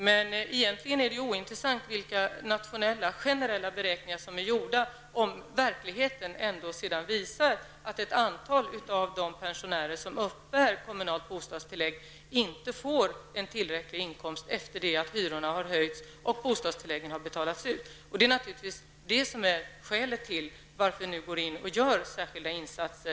Men egentligen är det ointressant vilka nationella generella beräkningar som är gjorda, om verkligheten ändå visar att ett antal av de pensionärer som uppbär kommunalt bostadstillägg inte får en tillräcklig inkomst efter det att hyrorna har höjts och att bostadstilläggen har betalats ut. Det är naturligtvis det som är skälet till att det nu görs särskilda insatser.